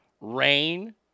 Rain